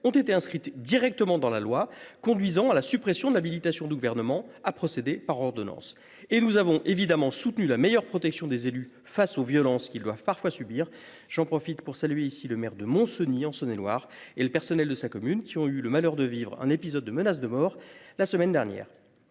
ont été inscrites directement dans la loi conduisant à la suppression d'habilitation du gouvernement à procéder par ordonnances et nous avons évidemment soutenu la meilleure protection des élus face aux violences qui doivent parfois subir j'en profite pour saluer ici le maire de Mont-Cenis en Saône-et-Loire et le personnel de sa commune qui ont eu le malheur de vivre un épisode de menaces de mort la semaine dernière.